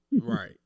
Right